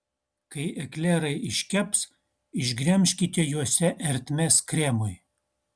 kai eklerai iškeps išgremžkite juose ertmes kremui